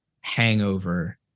hangover